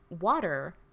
water